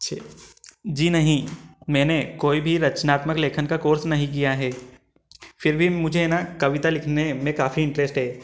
छे जी नहीं मैंने कोई भी रचनात्मक लेखन का कोर्स नहीं किया है फिर भी मुझे है न कविता लिखने में काफ़ी इंटरेस्ट है